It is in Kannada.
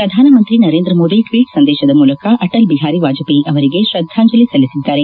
ಪ್ರಧಾನಮಂತ್ರಿ ನರೇಂದ್ರ ಮೋದಿ ಟ್ಲೀಟ್ ಸಂದೇಶದ ಮೂಲಕ ಅಟಲ್ ಬಿಹಾರಿ ವಾಜಪೇಯಿ ಅವರಿಗೆ ಶ್ರದ್ನಾಂಜಲಿ ಸಲ್ಲಿಸಿದ್ದಾರೆ